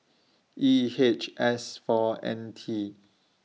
E H S four N T